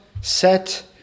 set